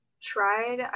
tried